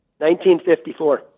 1954